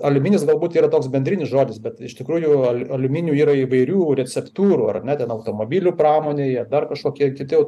aliuminis galbūt yra toks bendrinis žodis bet iš tikrųjų al aliuminių yra įvairių receptūrų ar ne ten automobilių pramonėj ar dar kažkokie kiti